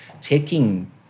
taking